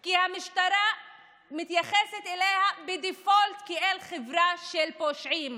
כי המשטרה מתייחסת אליה ב-default כאל חברה של פושעים